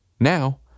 Now